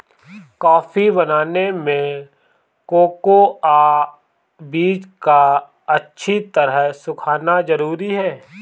coffee बनाने में cocoa बीज का अच्छी तरह सुखना जरूरी है